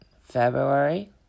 February